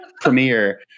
Premiere